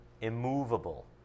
immovable